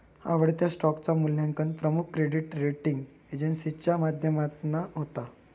आवडत्या स्टॉकचा मुल्यांकन प्रमुख क्रेडीट रेटींग एजेंसीच्या माध्यमातना होता